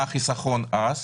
מה החיסכון אז?